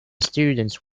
students